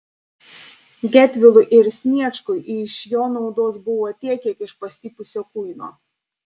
gedvilui ir sniečkui iš jo naudos buvo tiek kiek iš pastipusio kuino